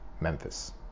memphis